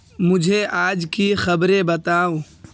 مجھے آج کی خبریں بتاؤ